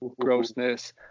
grossness